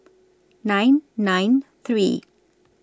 nine nine three